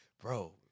bro